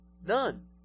None